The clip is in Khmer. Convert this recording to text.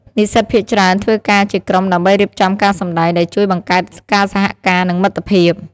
និស្សិតភាគច្រើនធ្វើការជាក្រុមដើម្បីរៀបចំការសម្តែង ដែលជួយបង្កើតការសហការនិងមិត្តភាព។